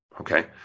Okay